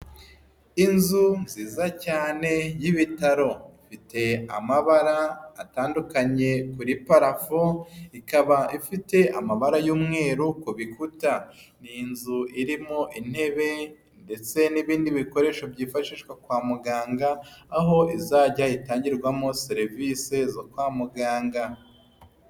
Inzu nziza cyane y'Ibitaro ifite amabara atandukanye kuri parafo, ikaba ifite amabara y'umweru ku bikuta, n'inzu irimo intebe ndetse n'ibindi bikoresho byifashishwa kwa muganga aho izajya itangirwamo serivisi zo kwa muganga.